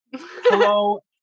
Hello